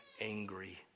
angry